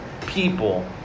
people